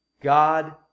God